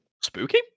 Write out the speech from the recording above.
spooky